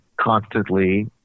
constantly